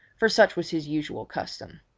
for such was his usual custom.